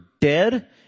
dead